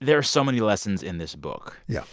there are so many lessons in this book. yeah.